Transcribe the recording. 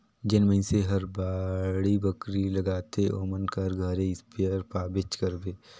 जेन मइनसे हर बाड़ी बखरी लगाथे ओमन कर घरे इस्पेयर पाबेच करबे